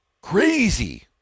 crazy